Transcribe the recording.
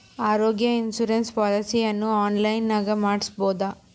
ಆರೋಗ್ಯ ಇನ್ಸುರೆನ್ಸ್ ಪಾಲಿಸಿಯನ್ನು ಆನ್ಲೈನಿನಾಗ ಮಾಡಿಸ್ಬೋದ?